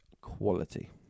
quality